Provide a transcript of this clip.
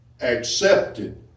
accepted